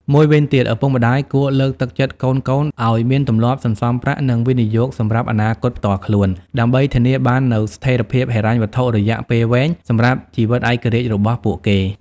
មួយវិញទៀត ឪពុកម្ដាយគួរលើកទឹកចិត្តកូនៗឱ្យមានទម្លាប់សន្សំប្រាក់ និងវិនិយោគសម្រាប់អនាគតផ្ទាល់ខ្លួន ដើម្បីធានាបាននូវស្ថិរភាពហិរញ្ញវត្ថុរយៈពេលវែងសម្រាប់ជីវិតឯករាជ្យរបស់ពួកគេ។